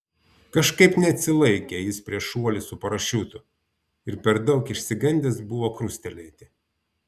kažkaip neatsilaikė jis prieš šuolį su parašiutu ir per daug išsigandęs buvo krustelėti